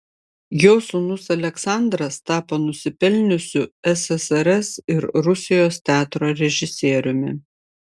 jo sūnus aleksandras tapo nusipelniusiu ssrs ir rusijos teatro režisieriumi